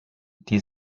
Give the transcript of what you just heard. die